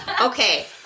Okay